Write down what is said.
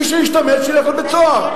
מי שהשתמט, שילך לבית-סוהר.